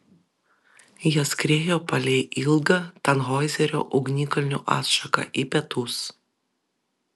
jie skriejo palei ilgą tanhoizerio ugnikalnių atšaką į pietus